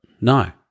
No